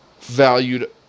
valued